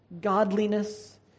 godliness